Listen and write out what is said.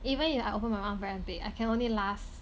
even if I open my mouth very big I can only last